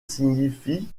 signifie